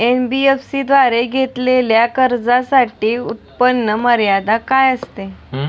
NBFC द्वारे घेतलेल्या कर्जासाठी उत्पन्न मर्यादा काय असते?